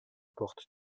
porte